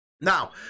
Now